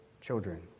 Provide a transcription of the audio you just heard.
children